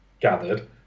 gathered